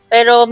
Pero